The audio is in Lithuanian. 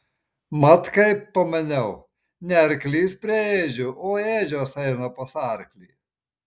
mat kaip pamaniau ne arklys prie ėdžių o ėdžios eina pas arklį